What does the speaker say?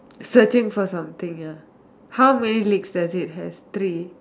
searching for something ya how many legs does it have three